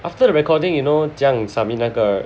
after the recording you know 怎样 submit 那个